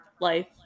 life